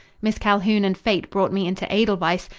miss calhoun and fate brought me into edelweiss,